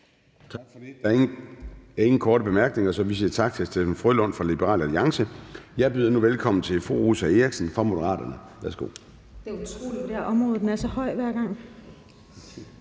Gade): Der er ingen korte bemærkninger, så vi siger tak til hr. Steffen W. Frølund fra Liberal Alliance. Jeg byder nu velkommen til fru Rosa Eriksen fra Moderaterne. Værsgo. Kl. 16:54 (Ordfører) Rosa